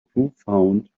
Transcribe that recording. profound